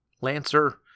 Lancer